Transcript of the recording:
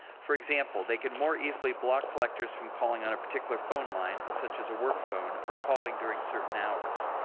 for example, they could more easily block collectors from calling on a particular phone line, such as a work phone, or calling during certain hours.